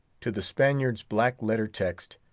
to the spaniard's black-letter text,